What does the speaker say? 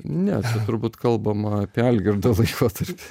ne čia turbūt kalbama apie algirdo laikotarpį